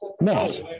Matt